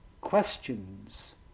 questions